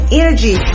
energy